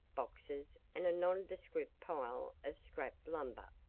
boxes and a nondescript pile of scrap lumber.